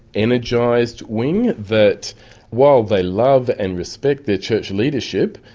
energised wing that while they love and respect their church leadership,